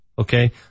Okay